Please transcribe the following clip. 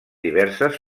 diverses